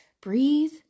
breathe